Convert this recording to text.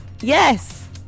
Yes